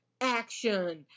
action